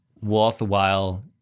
worthwhile